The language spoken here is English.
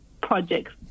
projects